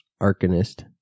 Arcanist